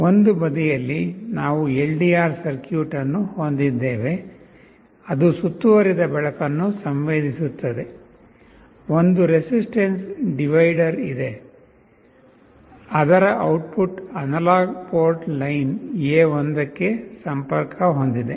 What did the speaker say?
ಒಂದು ಬದಿಯಲ್ಲಿ ನಾವು LDR ಸರ್ಕ್ಯೂಟ್ ಅನ್ನು ಹೊಂದಿದ್ದೇವೆ ಅದು ಸುತ್ತುವರಿದ ಬೆಳಕನ್ನು ಸಂವೇದಿಸುತ್ತದೆ ಒಂದು ರೆಸಿಸ್ಟೆನ್ಸ್ ಡಿವೈಡರ್ ಇದೆ ಅದರ ಔಟ್ಪುಟ್ ಅನಲಾಗ್ ಪೋರ್ಟ್ ಲೈನ್ A1ಗೆ ಸಂಪರ್ಕ ಹೊಂದಿದೆ